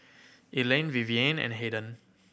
Elaine Vivienne and Hayden